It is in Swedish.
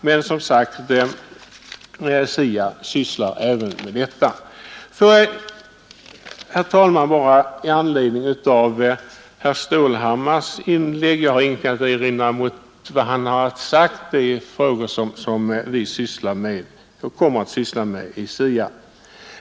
Jag har, herr talman, ingenting att erinra mot vad herr Stålhammar har anfört. Det är frågor som vi kommer att syssla med i SIA.